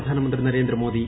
പ്രധാനമന്ത്രി നരേന്ദ്രമോദി